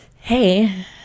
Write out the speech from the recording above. hey